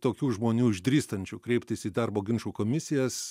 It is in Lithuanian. tokių žmonių išdrįstančių kreiptis į darbo ginčų komisijas